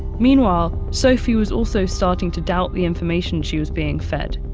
meanwhile, sophie was also starting to doubt the information she was being fed.